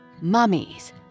mummies